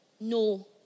No